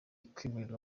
kwimurirwa